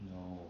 no